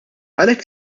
għalhekk